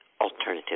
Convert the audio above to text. alternative